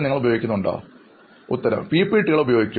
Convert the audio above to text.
അഭിമുഖം സ്വീകരിക്കുന്നയാൾ P P T കളും ഉപയോഗിക്കും